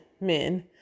men